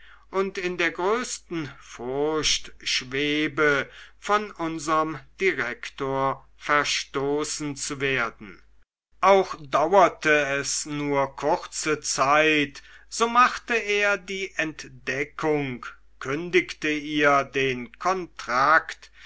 und in der größten furcht schwebe von unserm direktor verstoßen zu werden auch dauerte es nur kurze zeit so machte er die entdeckung kündigte ihr den kontrakt